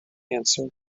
answered